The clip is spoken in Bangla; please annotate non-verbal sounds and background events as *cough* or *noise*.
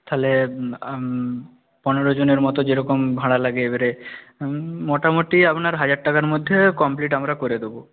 তাহলে *unintelligible* পনেরোজনের মতো যেরকম ভাড়া লাগে এবারে মোটামুটি আপনার হাজার টাকার মধ্যে কমপ্লিট আমরা করে দেবো